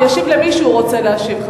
הוא ישיב למי שהוא רוצה להשיב,